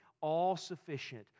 all-sufficient